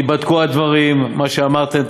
ייבדקו הדברים, מה שאמרתם.